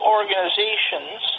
organizations